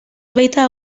baita